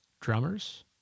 drummers